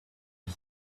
lui